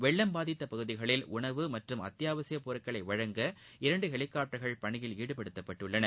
வெள்ளம் பாதித்த பகுதிகளில் உணவு மற்றும் அத்தியாவசிய பொருட்களை வழங்க இரண்டு ஹெலிகாப்டர்கள் பணியில் ஈடுபடுத்தப்பட்டுள்ளன